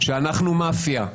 שאנחנו מאפיה,